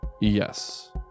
yes